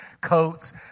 coats